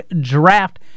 draft